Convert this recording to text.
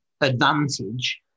advantage